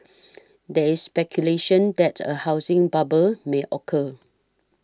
there is speculation that a housing bubble may occur